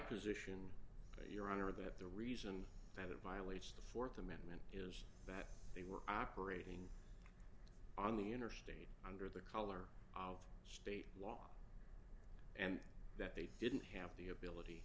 position your honor that the reason that it violates the th amendment is that they were operating on the interstate under the color of state law and that they didn't have the ability